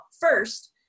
First